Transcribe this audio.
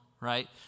right